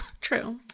True